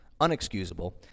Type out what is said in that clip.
unexcusable